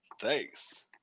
Thanks